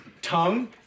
Tongue